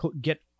get